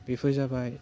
बेफोर जाबाय